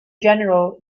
general